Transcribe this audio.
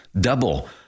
Double